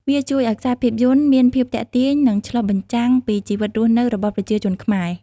វាជួយឲ្យខ្សែភាពយន្តមានភាពទាក់ទាញ និងឆ្លុះបញ្ចាំងពីជីវិតរស់នៅរបស់ប្រជាជនខ្មែរ។